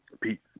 Pete